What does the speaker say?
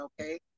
okay